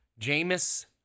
Jamis